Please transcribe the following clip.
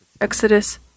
Exodus